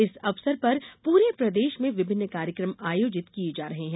इस अवसर पर पूरे प्रदेश में विभिन्न कार्यक्रम आयोजित किये जा रहे हैं